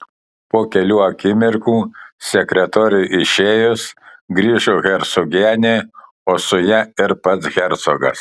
po kelių akimirkų sekretoriui išėjus grįžo hercogienė o su ja ir pats hercogas